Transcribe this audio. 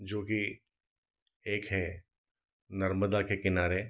जो कि एक है नर्मदा के किनारे